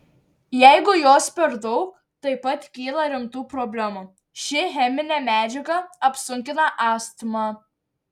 jeigu jos per daug taip pat kyla rimtų problemų ši cheminė medžiaga apsunkina astmą